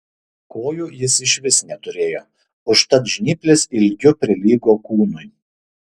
kojų jis išvis neturėjo užtat žnyplės ilgiu prilygo kūnui